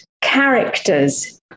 characters